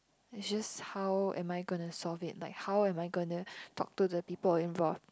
is just how am I gonna solve it like how am I gonna talk to the people involve